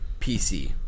PC